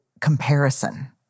comparison